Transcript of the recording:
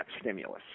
stimulus